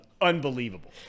Unbelievable